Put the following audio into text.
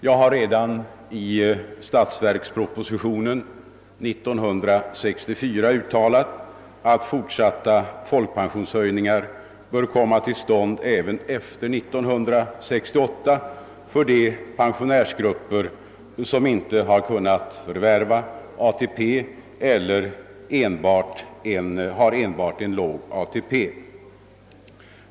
Jag har redan i statsverkspropositionen 1964 uttalat att fortsatta folkpensionshöjningar bör komma till stånd även efter 1968 för de pensionärsgrupper som inte har kunnat förvärva ATP eller har enbart en låg ATP.